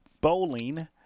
Bowling